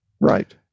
right